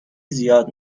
زیاد